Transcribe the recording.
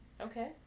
Okay